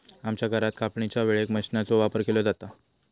आमच्या घरात कापणीच्या वेळेक मशीनचो वापर केलो जाता